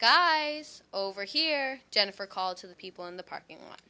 guys over here jennifer called to the people in the parking lot